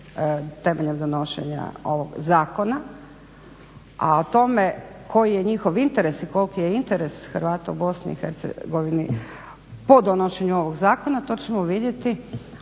temeljem donošenja ovog zakona, a o tome koji je njihov interes i koliki je interes Hrvata u BiH po donošenju ovog zakona to ćemo vidjeti.